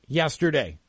yesterday